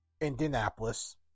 Indianapolis